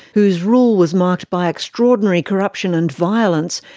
whose rule was marked by extraordinary corruption and violence,